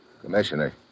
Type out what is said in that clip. Commissioner